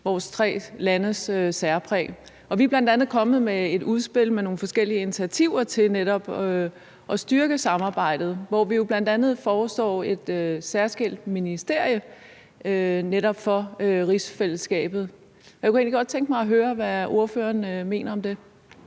vores tre landes særpræg. Vi er bl.a. kommet med et udspil med nogle forskellige initiativer til netop at styrke samarbejdet, hvor vi jo bl.a. foreslår et særskilt ministerie netop for rigsfællesskabet. Og jeg kunne egentlig godt tænke mig at høre, hvad ordføreren mener om det.